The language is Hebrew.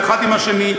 האחד של השני,